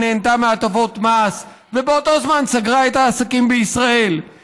נהנתה מהטבות מס ובאותו זמן סגרה את העסקים בישראל,